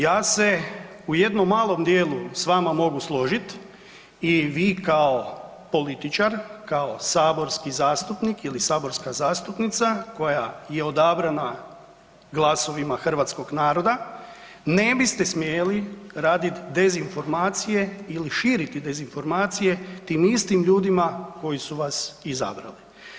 Ja se u jednom malom djelu s vama mogu složit i vi kao političar, kao saborski zastupnik ili saborska zastupnica koja je odabrana glasovima hrvatskog naroda, ne biste smjeli raditi dezinformacije ili širiti dezinformacije tim istim ljudima koji su vas izabrali.